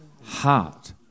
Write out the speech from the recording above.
heart